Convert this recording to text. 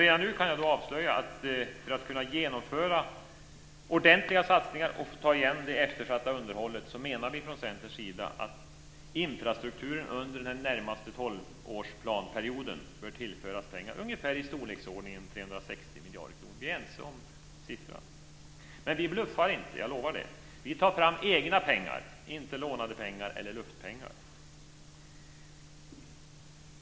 Redan nu kan jag avslöja att för att kunna genomföra ordentliga satsningar och ta igen det eftersatta underhållet menar vi från Centerns sida att infrastrukturen under den närmaste tolvårsperioden bör tillföras pengar ungefär i storleksordningen 360 miljarder kronor. Vi är ense om siffran. Men vi bluffar inte - jag lovar det. Vi tar fram egna pengar, inte lånade pengar eller luftpengar.